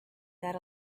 that